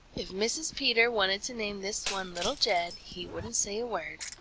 if mrs. peter wanted to name this one little jed, he wouldn't say a word.